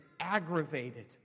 aggravated